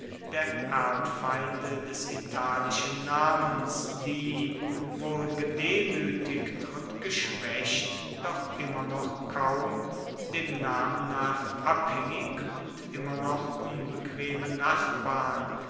der erbfeinde des italischen namens die wohl gedemuetigt und geschwaecht doch immer noch kaum dem namen nach abhaengig und immer noch unbequeme nachbarn